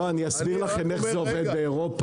לא, אני אסביר לכם איך זה עובד באירופה.